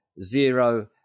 zero